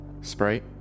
Sprite